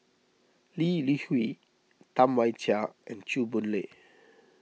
Lee Li Hui Tam Wai Jia and Chew Boon Lay